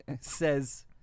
Says